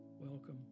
Welcome